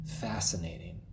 fascinating